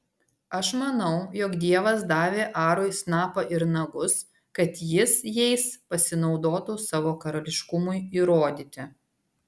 aš manau jog dievas davė arui snapą ir nagus kad jis jais pasinaudotų savo karališkumui įrodyti